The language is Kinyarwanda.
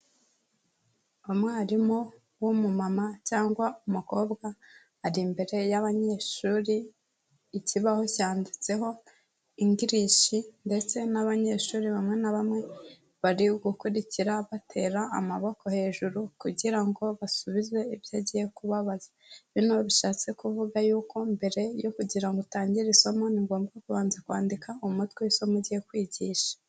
Umwarimu w'umumama cyangwa umukobwa, ari imbere y'abanyeshuri, ikibaho cyanditseho English ndetse n'abanyeshuri bamwe na bamwe bari gukurikira batera amaboko hejuru kugira ngo basubize ibyo agiye kubabaza, bino bishatse kuvuga yuko mbere yo kugira ngo utangire isomo ni ngombwa kubanza kwandika umutwe isomo ugiye kwigisha